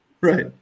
Right